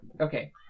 Okay